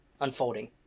unfolding